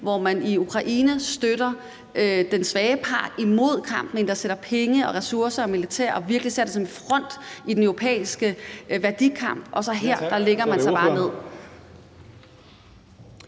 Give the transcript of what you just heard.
hvor man i Ukraine støtter den svage part og endda sætter penge, ressourcer og militær ind og virkelig sådan sætter en front i den europæiske værdikamp – og her lægger man sig bare ned.